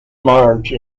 marge